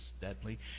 deadly